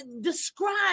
describe